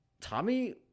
Tommy